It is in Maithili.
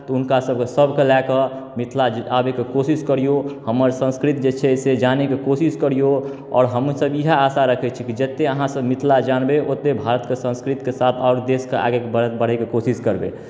तऽ हुनकासभके सभकेँ लए कऽ मिथिला आबयके कोशिश करिऔ हमर संस्कृति जे छै से जानयके कोशिश करिऔ आओर हमसभ इएह आशा रखै छी कि जतेक अहाँसभ मिथिला जानबै ओतेक भारतके संस्कृतिके साथ आओर देशके आगे बढ़ बढ़यके कोशिश करबै